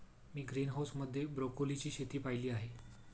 मी greenhouse मध्ये ब्रोकोलीची शेती पाहीली आहे